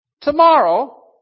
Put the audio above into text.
Tomorrow